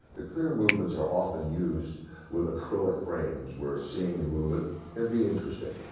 the clear movements are often used with acrylic frames we're seeing the movement can be interesting.